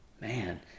man